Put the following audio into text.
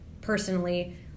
personally